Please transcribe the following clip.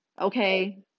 okay